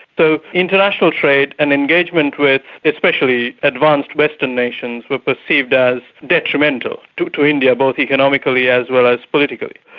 so international trade and engagement with, especially, advanced western nations were perceived as detrimental to to india, both economically as well as politically.